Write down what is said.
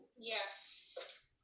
Yes